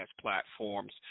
platforms